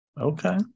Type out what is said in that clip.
Okay